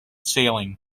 sailing